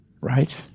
right